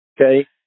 Okay